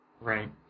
Right